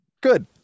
good